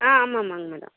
ஆ ஆமாம் ஆமாங்க மேடம்